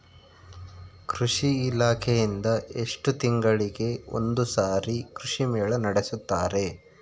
ಕೃಷಿ ಇಲಾಖೆಯಿಂದ ಎಷ್ಟು ತಿಂಗಳಿಗೆ ಒಂದುಸಾರಿ ಕೃಷಿ ಮೇಳ ನಡೆಸುತ್ತಾರೆ?